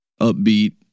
upbeat